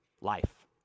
life